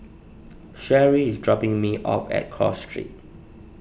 Sherrie is dropping me off at Cross Street